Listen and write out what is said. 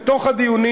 בתוך הדיונים.